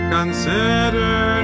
Consider